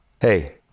hey